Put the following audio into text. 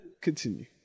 continue